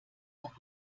auf